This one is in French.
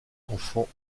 enfant